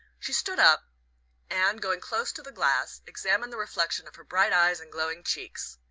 she stood up and, going close to the glass, examined the reflection of her bright eyes and glowing cheeks.